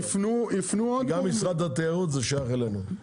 גם משרד התיירות שייך אלינו.